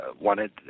wanted